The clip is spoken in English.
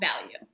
value